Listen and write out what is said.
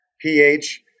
pH